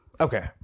Okay